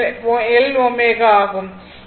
ஆகும்